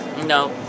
no